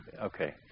Okay